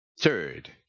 Third